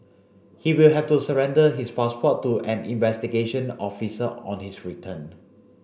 he will have to surrender his passport to an investigation officer on his return